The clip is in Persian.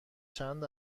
چند